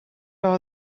are